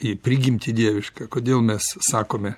į prigimtį dievišką kodėl mes sakome